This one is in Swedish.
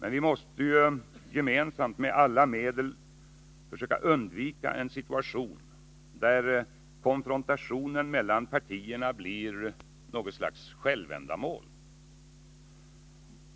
Men vi måste gemensamt med alla medel försöka undvika en situation där konfrontationen mellan partierna blir ett självändamål.